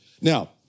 Now